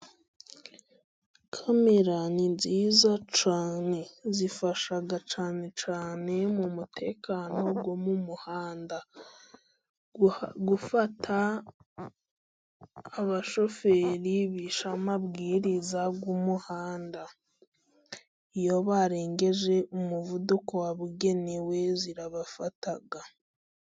Kamera ni nziza cyane. Zifasha cyane cyane mu mutekano wo mu muhanda. Gufata abashoferi bishe amabwiriza y'umuhanda. Iyo barengeje umuvuduko wabugenewe zirabafata.